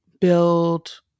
build